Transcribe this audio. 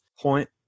point